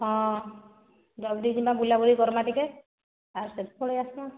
ହଁ ଜଲ୍ଦି ଜିମା ବୁଲା ବୁଲି କରମା ଟିକିଏ ଆଉ ଫେରେ ପଳେଇ ଆସମା